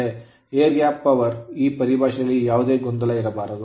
Air gap power ಗಾಳಿಯ ಅಂತರದಾದ್ಯಂತ ಶಕ್ತಿ ಈ ಪರಿಭಾಷೆಯಲ್ಲಿ ಯಾವುದೇ ಗೊಂದಲ ಇರಬಾರದು